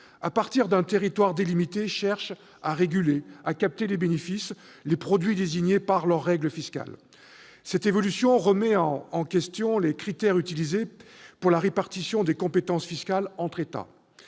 à partir d'un territoire délimité, cherchent à réguler, à capter les bénéfices, les produits définis par leurs règles fiscales. Cette évolution remet en question les critères utilisés pour la répartition des compétences fiscales entre États.